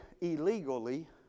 illegally